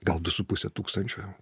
gal du su puse tūkstančio